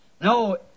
No